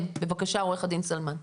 בבקשה עו"ד סלמן.